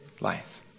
life